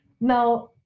Now